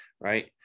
right